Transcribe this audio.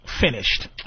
finished